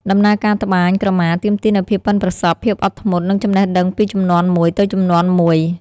ដំណើរការត្បាញក្រមាទាមទារនូវភាពប៉ិនប្រសប់ ភាពអត់ធ្មត់ និងចំណេះដឹងពីជំនាន់មួយទៅជំនាន់មួយ។